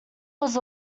was